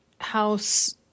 house